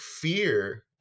fear